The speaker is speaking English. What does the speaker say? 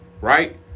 right